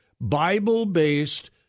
Bible-based